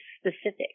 specific